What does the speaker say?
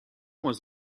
was